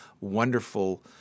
wonderful